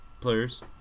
players